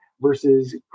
versus